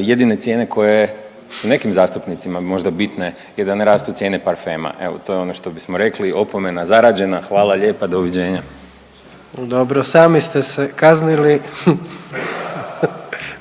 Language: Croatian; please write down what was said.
jedine cijene koje nekim zastupnicima možda bitne je da ne rastu cijene parfema. Evo to je ono što bismo rekli. Opomena zarađena. Hvala lijepa. Doviđenja! **Jandroković, Gordan (HDZ)** Dobro, sami ste se kaznili.